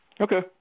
Okay